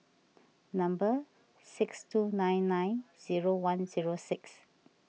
number six two nine nine zero one zero six